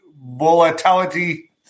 volatility